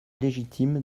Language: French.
légitime